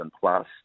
plus